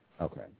okay